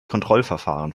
kontrollverfahren